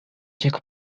took